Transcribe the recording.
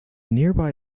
nearby